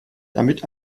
damit